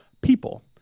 people